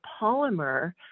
polymer